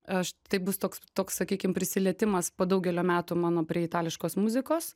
aš tai bus toks toks sakykim prisilietimas po daugelio metų mano prie itališkos muzikos